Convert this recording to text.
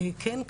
כן,